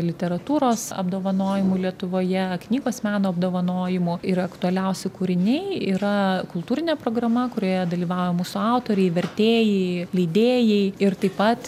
literatūros apdovanojimų lietuvoje knygos meno apdovanojimų yra aktualiausi kūriniai yra kultūrinė programa kurioje dalyvavo mūsų autoriai vertėjai leidėjai ir taip pat